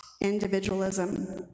individualism